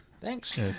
Thanks